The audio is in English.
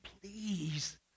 please